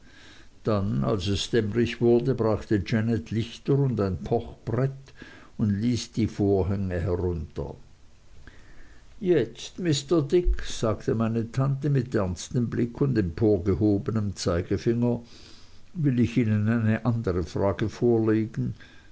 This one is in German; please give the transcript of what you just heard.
dann als es dämmrig wurde brachte janet lichter und ein pochbrett und ließ die vorhänge herunter jetzt mr dick sagte meine tante mit ernstem blick und emporgehobenem zeigefinger will ich ihnen eine andere frage vorlegen